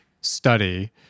study